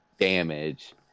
damage